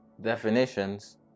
definitions